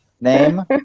Name